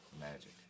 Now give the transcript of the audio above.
magic